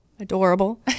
Adorable